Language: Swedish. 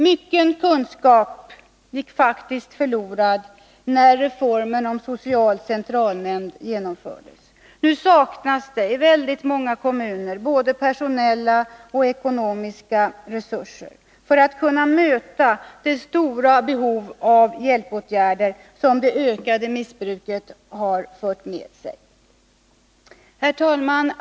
Mycken kunskap gick faktiskt förlorad när reformen om den sociala centralnämnden genomfördes. Nu saknas det i många kommuner både personella och ekonomiska resurser för att kunna möta det stora behov av hjälpåtgärder som det ökade missbruket har fört med sig.